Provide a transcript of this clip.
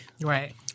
Right